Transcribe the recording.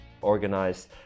organized